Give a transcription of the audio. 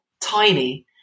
tiny